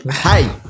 Hey